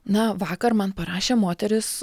na vakar man parašė moteris